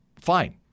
fine